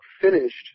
finished